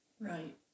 Right